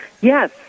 Yes